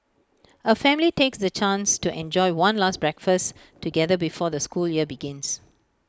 A family takes the chance to enjoy one last breakfasts together before the school year begins